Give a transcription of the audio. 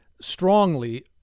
strongly